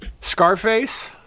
Scarface